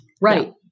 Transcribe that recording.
right